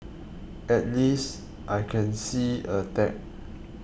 at least I can see a tag